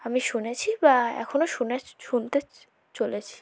আমি শুনেছি বা এখনও শুনে শুনতে চলেছি